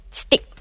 stick